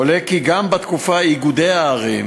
עולה כי גם בתקופה של איגודי הערים